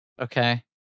Okay